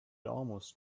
almost